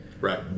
Right